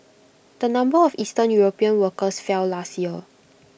the number of eastern european workers fell last year